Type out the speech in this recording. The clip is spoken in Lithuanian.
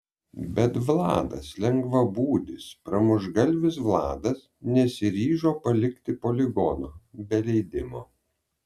bet vladas lengvabūdis pramuštgalvis vladas nesiryžo palikti poligono be leidimo